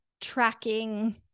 tracking